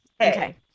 Okay